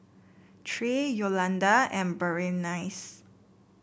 Tre Yolanda and Berenice